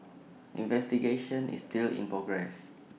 investigation is still in progress